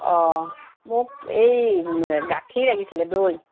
অঁ মোক এই গাখীৰ লাগিছিলে দৈ